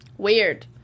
weird